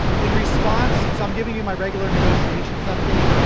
in response so um giving you my regular negotiations update.